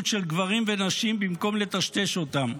של גברים ונשים במקום לטשטש אותם.